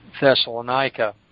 Thessalonica